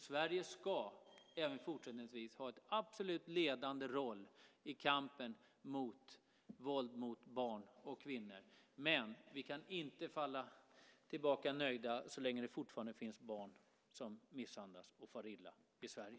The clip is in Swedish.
Sverige ska även fortsättningsvis ha en absolut ledande roll i kampen mot våld mot barn och kvinnor, men vi kan inte falla tillbaka nöjda så länge det fortfarande finns barn som misshandlas och far illa i Sverige.